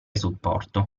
supporto